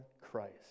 christ